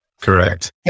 Correct